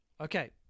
Okay